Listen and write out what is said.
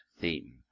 theme